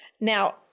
now